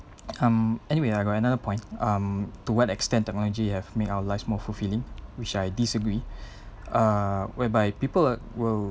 um anyway I got another point um to what extent technology have made our lives more fulfilling which I disagree uh whereby people at will